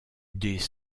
des